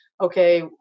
okay